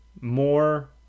more